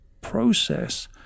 process